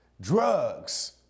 Drugs